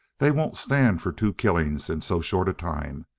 they won't stand for two killings in so short a time.